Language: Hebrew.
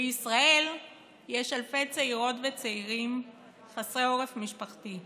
בישראל יש אלפי צעירות וצעירים חסרי עורף משפחתי,